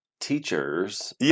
teachers